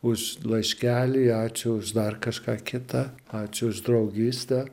už laiškelį ačiū už dar kažką kitą ačiū už draugystę